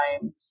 time